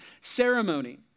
Ceremony